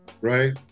Right